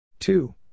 Two